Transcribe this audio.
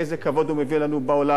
איזה כבוד הוא מביא לנו בעולם.